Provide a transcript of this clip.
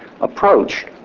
approach